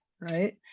right